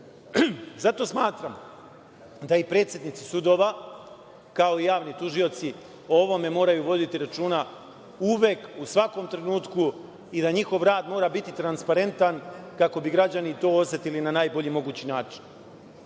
rada. Smatram da i predsednici sudova, kao i javni tužioci, o ovome moraju voditi računa uvek, u svakom trenutku i da njihov rad mora biti transparentan kako bi to građani osetili na najbolji mogući način. Hteo